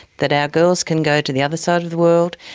that our girls can go to the other side of the world,